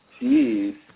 Jeez